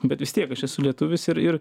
bet vis tiek aš esu lietuvis ir ir